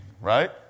right